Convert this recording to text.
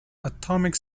atomic